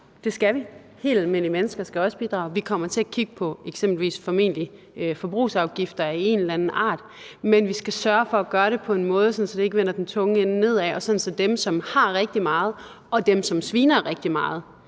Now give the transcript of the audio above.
Det skal vi. Helt almindelige mennesker skal også bidrage. Vi kommer formentlig også til at kigge på eksempelvis forbrugsafgifter af en eller anden art, men vi skal sørge for at gøre det på en måde, sådan at det ikke vender den tunge ende nedad, og sådan at dem, der har rigtig meget, og dem, som sviner rigtig meget,